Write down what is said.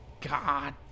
God